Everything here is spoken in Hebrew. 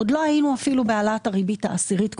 עוד לא היינו אפילו בהעלאת הריבית העשירית,